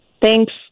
Thanks